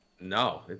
No